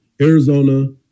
Arizona